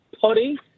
potty